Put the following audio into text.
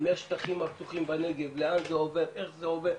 מהשטחים הפתוחים בנגב לאן זה עובר, איך זה עובר.